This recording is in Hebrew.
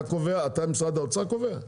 את זה משרד האוצר קובע?